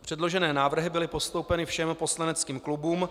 Předložené návrhy byly postoupeny všem poslaneckým klubům.